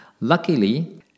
Luckily